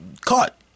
caught